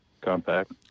compact